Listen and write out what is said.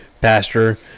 pastor